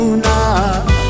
now